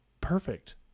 perfect